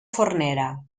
fornera